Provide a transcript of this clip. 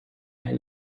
ein